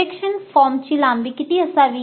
सर्वेक्षण फॉर्मची लांबी किती असावी